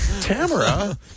Tamara